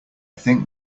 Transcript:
think